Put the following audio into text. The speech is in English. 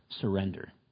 Surrender